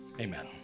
amen